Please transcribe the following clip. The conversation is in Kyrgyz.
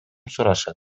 сурашат